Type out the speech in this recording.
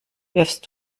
wirfst